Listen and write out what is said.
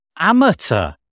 amateur